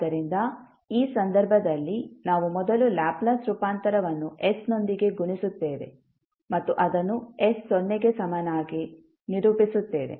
ಆದ್ದರಿಂದ ಈ ಸಂದರ್ಭದಲ್ಲಿ ನಾವು ಮೊದಲು ಲ್ಯಾಪ್ಲೇಸ್ ರೂಪಾಂತರವನ್ನು s ನೊಂದಿಗೆ ಗುಣಿಸುತ್ತೇವೆ ಮತ್ತು ಅದನ್ನು s ಸೊನ್ನೆಗೆ ಸಮನಾಗಿ ನಿರೂಪಿಸುತ್ತೇವೆ